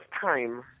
time